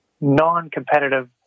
non-competitive